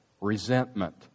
resentment